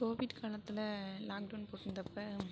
Covid காலத்தில் lockdown போட்ருந்தப்போ